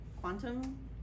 Quantum